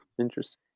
Interesting